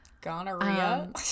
gonorrhea